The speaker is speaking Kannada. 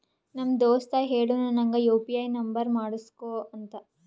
ನಮ್ ದೋಸ್ತ ಹೇಳುನು ನಂಗ್ ಯು ಪಿ ಐ ನುಂಬರ್ ಮಾಡುಸ್ಗೊ ಅಂತ